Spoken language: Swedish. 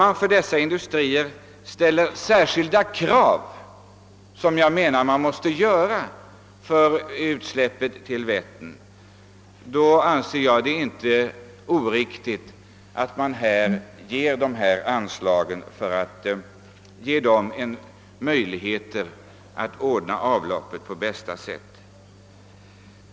Men om på dessa industrier ställs särskilda krav — vilket jag menar att man måste göra — för utsläppet av avloppsvatten till Vättern, anser jag det inte oriktigt ati lämna dem dessa anslag för att därmed ge dem möjlighet att ordna avloppet på bästa sätt.